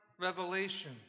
revelation